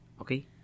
Okay